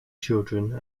children